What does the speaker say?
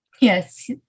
Yes